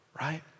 Right